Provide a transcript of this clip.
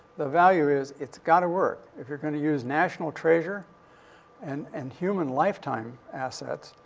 the value is, it's gotta work. if you're gonna use national treasure and and human lifetime assets,